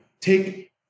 Take